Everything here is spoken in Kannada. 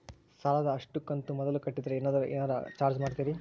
ಸಾಲದ ಅಷ್ಟು ಕಂತು ಮೊದಲ ಕಟ್ಟಿದ್ರ ಏನಾದರೂ ಏನರ ಚಾರ್ಜ್ ಮಾಡುತ್ತೇರಿ?